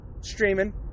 Streaming